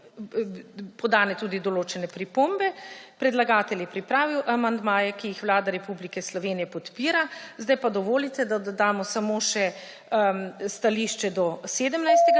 podane tudi določene pripombe. Predlagatelj je pripravil amandmaje, ki jih Vlada Republike Slovenije podpira. Zdaj pa dovolite, da dodamo samo še stališče do 17.